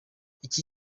iki